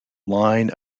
line